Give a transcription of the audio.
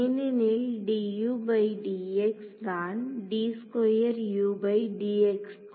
ஏனெனில் தான் இல்லை